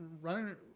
running